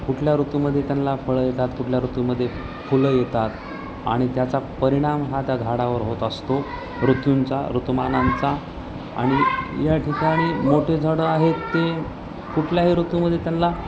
कुठल्या ऋतूमध्ये त्यांना फळं येतात कुठल्या ऋतूमध्ये फुलं येतात आणि त्याचा परिणाम हा त्या झाडावर होत असतो ऋतूंचा ऋतुमानांचा आणि या ठिकाणी मोठे झाडं आहेत ते कुठल्याही ऋतूमध्ये त्यांना